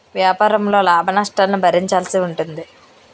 వ్యాపారంలో లాభనష్టాలను భరించాల్సి ఉంటుంది